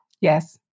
Yes